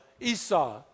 Esau